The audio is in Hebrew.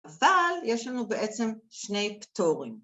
אבל יש לנו בעצם שני פטורים.